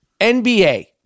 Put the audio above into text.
NBA